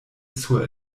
sur